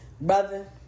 Brother